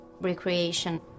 recreation